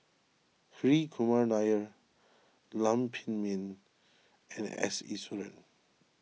Hri Kumar Nair Lam Pin Min and S Iswaran